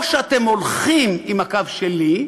או שאתם הולכים עם הקו שלי,